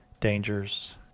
dangers